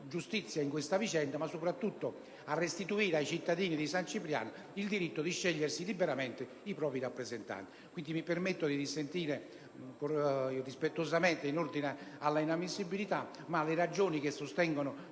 giustizia in questa vicenda, ma soprattutto a restituire ai cittadini di San Cipriano il diritto di scegliersi liberamente i propri rappresentanti. Mi permetto quindi di dissentire rispettosamente in ordine alla improponibilità in quanto le ragioni che sostengono